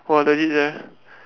!wah! legit sia